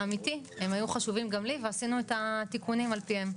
הם היו חשובים גם לי, ועשינו את התיקונים על פיהם.